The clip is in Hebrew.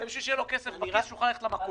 זה בשביל שיהיה לו כסף, שהוא יוכל ללכת למכולת.